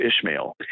Ishmael